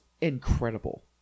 incredible